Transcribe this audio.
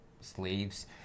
slaves